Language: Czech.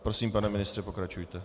Prosím, pane ministře, pokračujte.